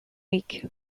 week